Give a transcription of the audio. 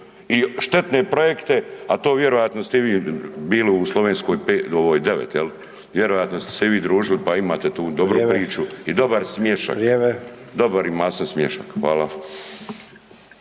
i štetne projekte, a to vjerojatno ste i vi bili u Slovenskoj 5 ovaj 9 jel, vjerojatno ste se i vi družili pa imate tu dobru priču i dobar …/Upadica: Vrijeme./… smiješak, dobar